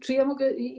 Czy ja mogę.